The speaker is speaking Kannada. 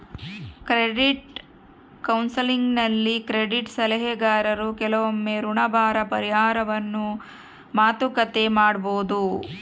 ಕ್ರೆಡಿಟ್ ಕೌನ್ಸೆಲಿಂಗ್ನಲ್ಲಿ ಕ್ರೆಡಿಟ್ ಸಲಹೆಗಾರರು ಕೆಲವೊಮ್ಮೆ ಋಣಭಾರ ಪರಿಹಾರವನ್ನು ಮಾತುಕತೆ ಮಾಡಬೊದು